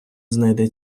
знайде